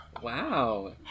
wow